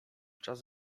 czas